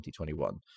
2021